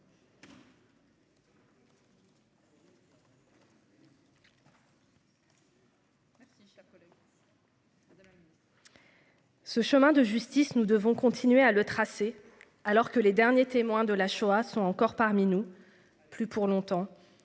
Ce chemin de justice. Nous devons continuer à le tracé. Alors que les derniers témoins de la Shoah sont encore parmi nous. Plus pour longtemps